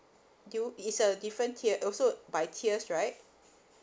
do you it's a different tier also by tiers right